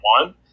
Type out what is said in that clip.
one